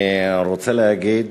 אני רוצה להגיד